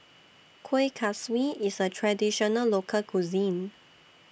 Kueh Kaswi IS A Traditional Local Cuisine